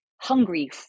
hungry